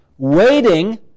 waiting